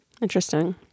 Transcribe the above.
Interesting